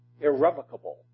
irrevocable